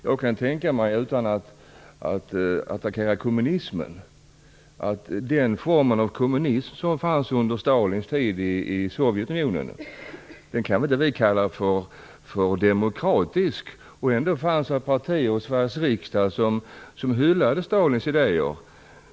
Jag kan tänka mig, utan att attackera kommunismen, att vi inte kallar den form av kommunism som fanns under Stalins tid i Sovjetunionen demokratisk. Ändå fanns det partier i Sveriges riksdag som hyllade Stalins idéer.